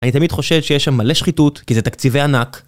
אני תמיד חושב שיש שם מלא שחיתות, כי זה תקציבי ענק.